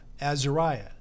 Azariah